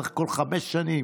צריך כל חמש שנים,